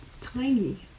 tiny